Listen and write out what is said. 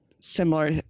similar